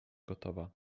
gotowa